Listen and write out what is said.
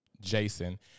Jason